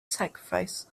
sacrifice